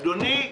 אדוני,